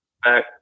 back